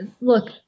look